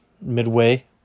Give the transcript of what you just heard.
midway